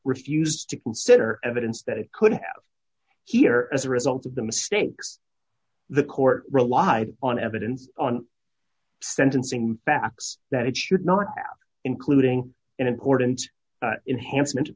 refused to consider evidence that it could have here as a result of the mistakes the court relied on evidence on sentencing backs that it should not including in accordance enhanced